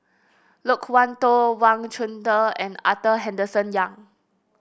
Loke Wan Tho Wang Chunde and Arthur Henderson Young